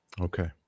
Okay